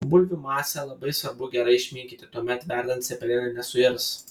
bulvių masę labai svarbu gerai išminkyti tuomet verdant cepelinai nesuirs